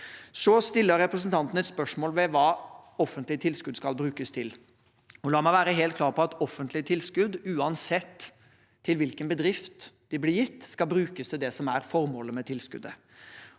Så stiller representanten et spørsmål om hva offentlige tilskudd skal brukes til. La meg være helt klar på at offentlige tilskudd, uansett til hvilken bedrift de blir gitt, skal brukes til det som er formålet med tilskuddet.